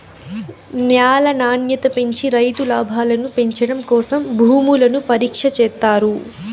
న్యాల నాణ్యత పెంచి రైతు లాభాలను పెంచడం కోసం భూములను పరీక్ష చేత్తారు